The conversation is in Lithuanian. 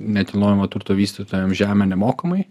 nekilnojamo turto vystytojam žemę nemokamai